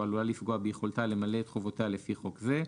העלולה לפגוע ביכולתה למלא את לתיקוןחובותיה לפי חוק זה,